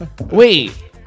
Wait